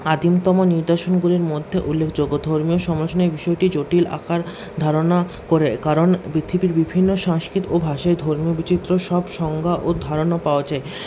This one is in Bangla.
আদিমতম নিদর্শনগুলির মধ্যে উল্লেখযোগ্য ধর্মীয় সমলোচনায় এই বিষয়টি জটিল আকার ধারনা করে কারণ পৃথিবীর বিভিন্ন সংস্কৃত ও ভাষায় ধর্মীয় বিচিত্র সব সংজ্ঞা ও ধারণা পাওয়া যায়